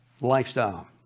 Lifestyle